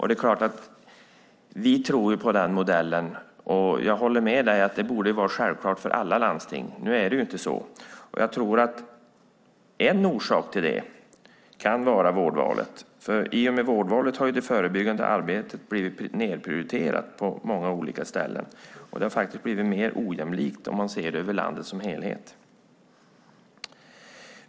Vi tror på den modellen, och jag håller med socialministern om att det borde vara självklart för alla landsting. Men nu är det inte så, och jag tror att en orsak kan vara vårdvalet. I och med vårdvalet har det förebyggande arbetet blivit nedprioriterat på många ställen, och det har blivit mer ojämlikt om man ser över landet som helhet.